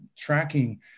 Tracking